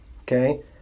Okay